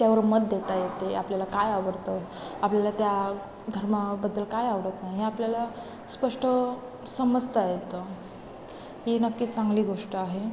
त्यावर मत देता येते आपल्याला काय आवडतं आपल्याला त्या धर्माबद्दल काय आवडत नाही हे आपल्याला स्पष्ट समजता येतं ही नक्कीच चांगली गोष्ट आहे